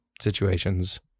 situations